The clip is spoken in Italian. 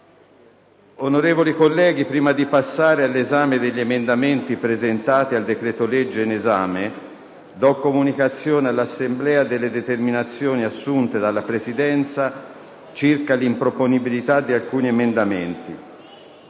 Onorevoli colleghi, prima di passare all'esame degli emendamenti presentati al decreto-legge in esame, do comunicazione all'Assemblea delle determinazioni assunte dalla Presidenza circa l'improponibilità di alcuni emendamenti.